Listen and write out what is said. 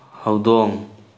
ꯍꯧꯗꯣꯡ